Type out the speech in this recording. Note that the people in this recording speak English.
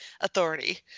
authority